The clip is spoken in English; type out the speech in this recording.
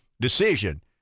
decision